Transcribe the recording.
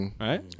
Right